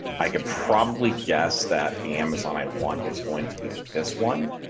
i can probably guess that the amazon. i want is going to be this one.